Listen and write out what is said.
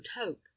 hope